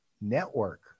Network